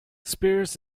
spears